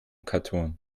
karton